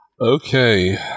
Okay